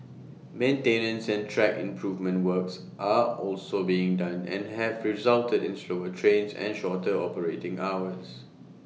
maintenance and track improvement works are also being done and have resulted in slower trains and shorter operating hours